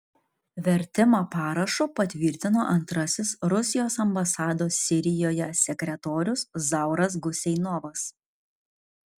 vertimą parašu patvirtino antrasis rusijos ambasados sirijoje sekretorius zauras guseinovas